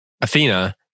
Athena